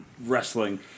Wrestling